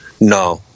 No